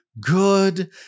good